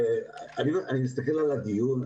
אני מסתכל על הדיון,